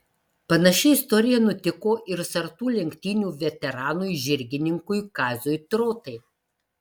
panaši istorija nutiko ir sartų lenktynių veteranui žirgininkui kaziui trotai